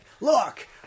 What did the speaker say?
look